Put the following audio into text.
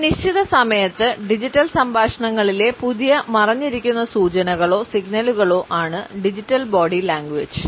ഒരു നിശ്ചിത സമയത്ത് ഡിജിറ്റൽ സംഭാഷണങ്ങളിലെ പുതിയ മറഞ്ഞിരിക്കുന്ന സൂചനകളോ സിഗ്നലുകളോ ആണ് ഡിജിറ്റൽ ബോഡി ലാംഗ്വേജ്